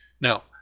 Now